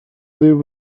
live